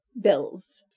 bills